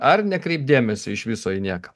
ar nekreipt dėmesio iš viso į nieką